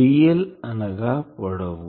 dl అనగా పొడవు